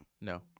No